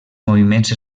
moviments